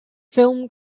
film